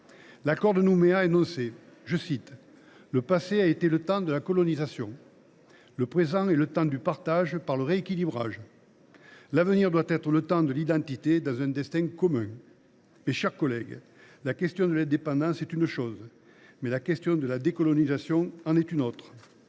l’accord de Nouméa énonçait :« Le passé a été le temps de la colonisation. Le présent est le temps du partage, par le rééquilibrage. L’avenir doit être le temps de l’identité, dans un destin commun. »